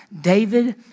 David